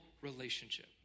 relationship